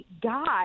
God